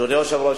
אדוני היושב-ראש,